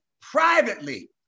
privately